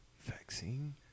vaccine